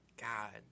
God